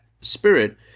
spirit